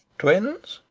twins?